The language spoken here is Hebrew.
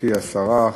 מכובדתי השרה,